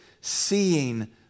seeing